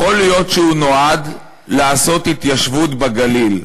יכול להיות שהוא נועד לעשות התיישבות בגליל,